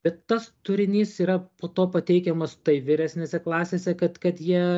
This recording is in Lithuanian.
bet tas turinys yra po to pateikiamas taip vyresnėse klasėse kad kad jie